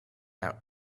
out